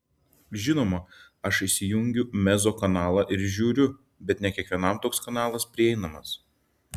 žinoma aš įsijungiu mezzo kanalą ir žiūriu bet ne kiekvienam toks kanalas prieinamas